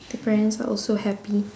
the parents are also happy